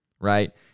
Right